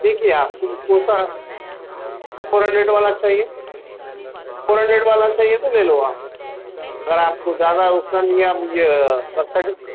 دیکھیے آپ کو کون سا فور ہنڈریڈ والا چاہیے فور ہنڈریڈ والا چاہیے تو لے لو آپ اگر آپ كو زیادہ اُس کا نہیں ہے آپ